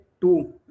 two